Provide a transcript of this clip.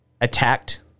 attacked